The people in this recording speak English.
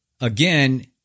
again